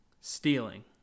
stealing